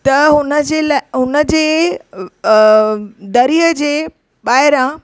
त हुन जे लाइ हुन जे दरीअ जे ॿाहिरां